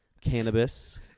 cannabis